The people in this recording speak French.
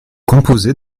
composée